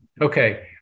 Okay